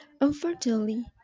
Unfortunately